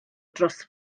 dros